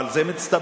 אבל זה מצטבר.